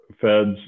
feds